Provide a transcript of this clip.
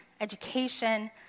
education